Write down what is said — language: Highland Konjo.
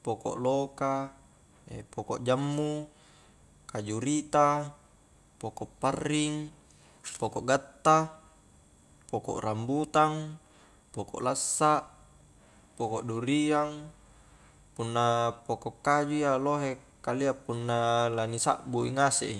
poko' loka, ee poko' jammu, kaju rita, poko' parring poko' gatta, poko' rambutang poko' lassa', poko duriang, punna poko' kajua iya lohe kalia punna lani sakbu i ngasek i